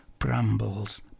Brambles